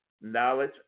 knowledge